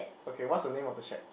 okay what's the name of the shack